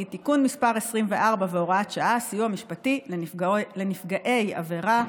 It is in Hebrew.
(תיקון מס' 24 והוראת שעה) (סיוע משפטי לנפגעי עבירות),